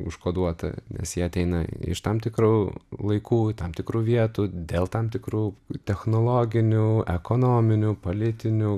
užkoduotą nes jie ateina iš tam tikrų laikų tam tikrų vietų dėl tam tikrų technologinių ekonominių politinių